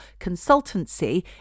Consultancy